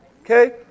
Okay